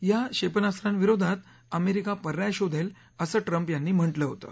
या क्षेपणास्त्रांविरोधात अमेरिका पर्याय शोधेल असं ट्रम्प यांनी म्हटलं होतं